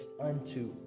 unto